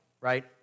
right